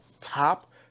top